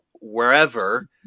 wherever